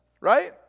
right